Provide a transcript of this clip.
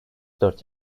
dört